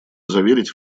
заверить